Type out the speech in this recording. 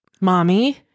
mommy